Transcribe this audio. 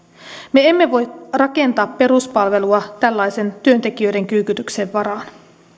me emme voi rakentaa peruspalvelua tällaisen työntekijöiden kyykytyksen varaan